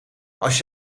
als